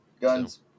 gun's